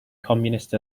communist